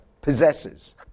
possesses